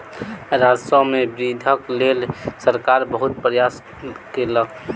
राजस्व मे वृद्धिक लेल सरकार बहुत प्रयास केलक